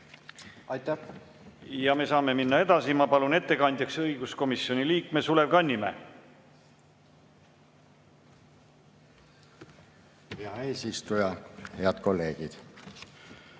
ei ole. Me saame minna edasi. Ma palun ettekandjaks õiguskomisjoni liikme Sulev Kannimäe. Hea eesistuja! Head kolleegid!